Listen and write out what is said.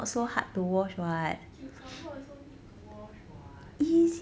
cucum~ cucumber also need to wash what you